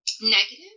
negative